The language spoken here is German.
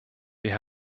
wir